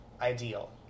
ideal